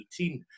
2018